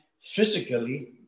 physically